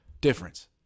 difference